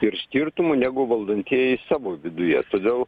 ir skirtumų negu valdantieji savo viduje todėl